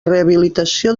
rehabilitació